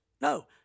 No